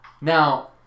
Now